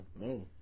no